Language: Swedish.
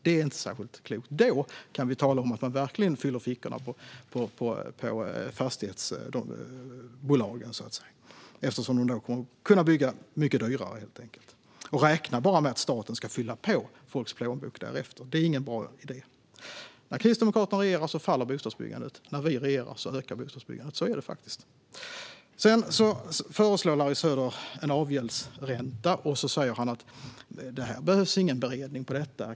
Det är inte särskilt klokt. Då kan vi verkligen tala om att fylla fickorna på fastighetsbolagen, eftersom de kommer att kunna bygga mycket dyrare och räkna med att staten ska fylla på folks plånböcker därefter. Det är ingen bra idé. När Kristdemokraterna regerar minskar bostadsbyggandet. När vi regerar ökar bostadsbyggandet. Så är det faktiskt. Larry Söder föreslår en avgäldsränta och säger att det inte behövs någon beredning för det.